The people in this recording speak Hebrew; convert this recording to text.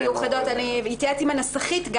מיוחדות אני אתייעץ עם הנסחית.